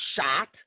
shot